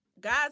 guys